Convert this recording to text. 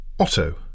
Otto